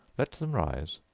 let them rise,